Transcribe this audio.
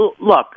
Look